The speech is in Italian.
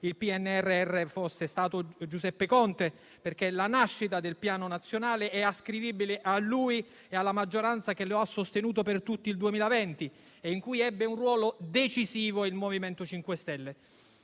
il PNRR fosse stato Giuseppe Conte, perché la nascita del Piano nazionale è ascrivibile a lui e alla maggioranza che lo ha sostenuto per tutto il 2020 e in cui ebbe un ruolo decisivo il MoVimento 5 Stelle.